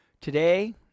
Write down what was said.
Today